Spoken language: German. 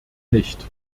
nicht